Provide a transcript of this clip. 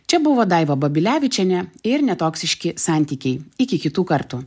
čia buvo daiva babilevičienė ir netoksiški santykiai iki kitų kartų